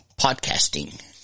Podcasting